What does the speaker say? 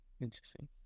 Interesting